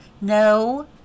No